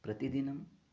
प्रतिदिनम्